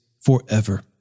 forever